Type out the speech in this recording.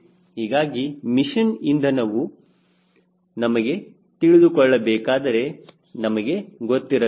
ಹೀಗಾಗಿ ಮಿಷಿನ್ ಇಂಧನವು ನಮಗೆ ತಿಳಿದುಕೊಳ್ಳಬೇಕಾದರೆ ನಮಗೆ ಗೊತ್ತಿರಬೇಕು